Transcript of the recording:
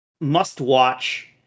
Must-watch